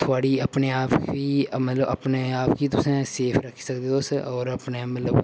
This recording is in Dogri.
थुआढ़ी अपने आप गी मतलब अपने आप गी तुसें सेफ रक्खी सकदे ओ तुस होर अपने मतलब